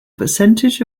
percentage